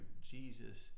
Jesus